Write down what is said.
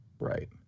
Right